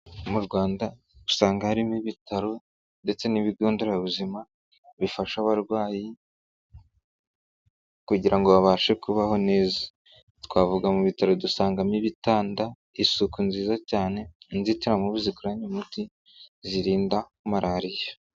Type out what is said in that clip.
Mu Rwanda usanga harimo ibitaro ndetse n'ibigo nderabuzima, bifasha abarwayi kugira ngo babashe kubaho neza, twavuga mu bitaro dusangamo ibitanda, isuku nziza cyane, inzitiramubu zikoranye umuti zirinda malaria.